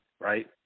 right